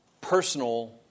personal